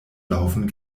laufen